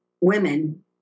women